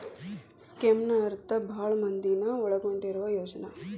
ಸ್ಕೇಮ್ನ ಅರ್ಥ ಭಾಳ್ ಮಂದಿನ ಒಳಗೊಂಡಿರುವ ಯೋಜನೆ